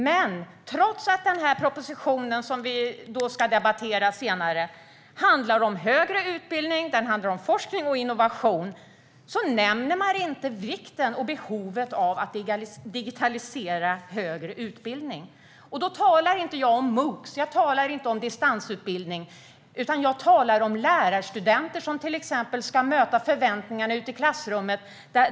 Men trots att propositionen som vi ska debattera senare handlar om den högre utbildningen, forskning och innovation nämner man inte vikten och behovet av att digitalisera högre utbildning. Jag talar då inte om MOOC. Jag talar inte om distansutbildning. Jag talar om lärarstudenter som till exempel ska möta förväntningarna ute i klassrummet.